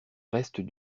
restes